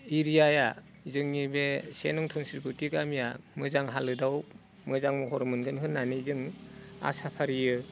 एरियाया जोंनि बे से नं धोनस्रि गुदि गामिया मोजां हालोदाव मोजां महर मोनगोन होननानै जों आसा फारियो